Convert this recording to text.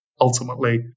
ultimately